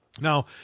Now